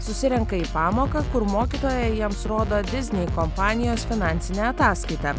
susirenka į pamoką kur mokytoja jiems rodo disney kompanijos finansinę ataskaitą